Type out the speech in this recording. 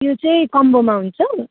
त्यो चाहिँ कम्बोमा हुन्छ